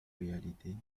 réalités